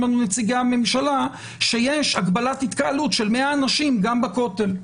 לנו נציגי הממשלה שיש הגבלת התקהלות של 100 אנשים גם בכותל.